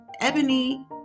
Ebony